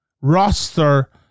roster